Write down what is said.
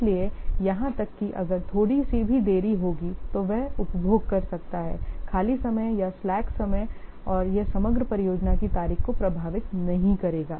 इसलिए यहां तक कि अगर थोड़ी सी भी देरी होगी तो वह उपभोग कर सकता है खाली समय या slack समय और यह समग्र परियोजना की तारीख को प्रभावित नहीं करेगा